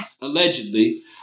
allegedly